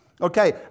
Okay